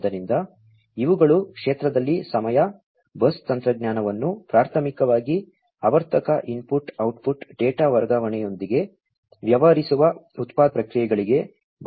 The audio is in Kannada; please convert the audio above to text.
ಆದ್ದರಿಂದ ಇವುಗಳು ಕ್ಷೇತ್ರದಲ್ಲಿ ಸಮಯ ಬಸ್ ತಂತ್ರಜ್ಞಾನವನ್ನು ಪ್ರಾಥಮಿಕವಾಗಿ ಆವರ್ತಕ ಇನ್ಪುಟ್ ಔಟ್ಪುಟ್ ಡೇಟಾ ವರ್ಗಾವಣೆಯೊಂದಿಗೆ ವ್ಯವಹರಿಸುವ ಉತ್ಪಾದನಾ ಪ್ರಕ್ರಿಯೆಗಳಿಗೆ ಬಳಸಲಾಗುತ್ತದೆ